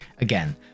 Again